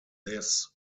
this